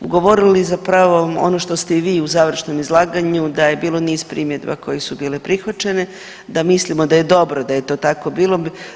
govorili zapravo ono što ste i vi završnom izlaganju, da je bilo niz primjedba koje su bile prihvaćene, da mislimo da je dobro da je to tako bilo.